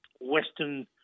western